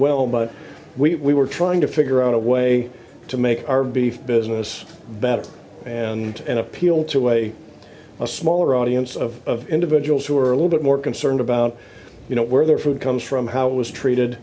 well but we were trying to figure out a way to make our beef business better and appeal to a smaller audience of individuals who are a little bit more concerned about you know where their food comes from how it was treated